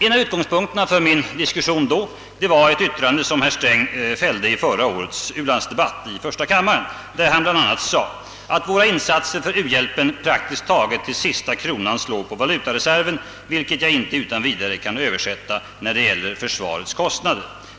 En av utgångspunkterna för min diskussion den gången var ett yttrande som herr Sträng fällde i förra årets ulandsdebatt i första kammaren, där han sade att våra insatser »för u-hjälpen praktiskt taget till sista kronan slår på valutareserven, vilket han inte utan vidare kunde översätta när det gällde försvarskostnader».